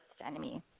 enemy